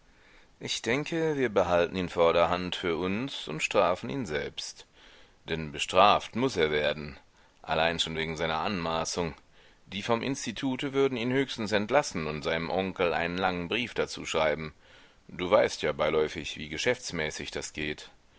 ich denke wir behalten ihn vorderhand für uns und strafen ihn selbst denn bestraft muß er werden allein schon wegen seiner anmaßung die vom institute würden ihn höchstens entlassen und seinem onkel einen langen brief dazu schreiben du weißt ja beiläufig wie geschäftsmäßig das geht